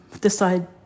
decide